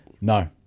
No